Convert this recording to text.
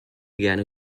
gerne